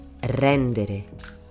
rendere